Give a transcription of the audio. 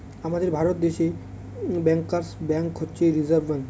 আমাদের ভারত দেশে bankers bank হচ্ছে রিসার্ভ ব্যাঙ্ক